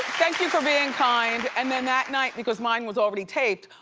thank you for being kind and then that night, because mine was already taped,